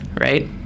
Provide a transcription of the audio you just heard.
right